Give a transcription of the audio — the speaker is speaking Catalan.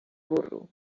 burro